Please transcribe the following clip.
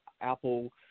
Apple